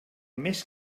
més